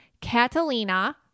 Catalina